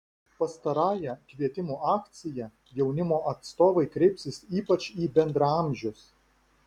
pastarąja kvietimų akcija jaunimo atstovai kreipsis ypač į bendraamžius